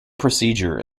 procedure